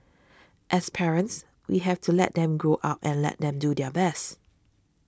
as parents we have to let them grow up and let them do their best